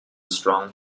strong